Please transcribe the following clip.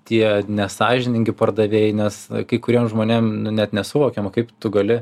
tie nesąžiningi pardavėjai nes kai kuriem žmonėm nu net nesuvokiama kaip tu gali